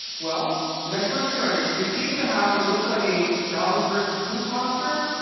well, the next person we run into seems to have what looks like a javascript poop monster.